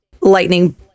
lightning